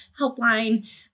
helpline